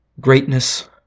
greatness